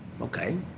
Okay